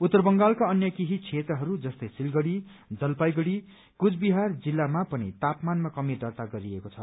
उत्तर बंगालका अन्य केही क्षेत्रहरू जस्तै सिलगढ़ी जलपाइगढ़ कुचबिहार जिल्लामा पनि तापमानमा कमी दर्ता गरिएको छ